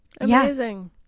Amazing